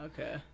Okay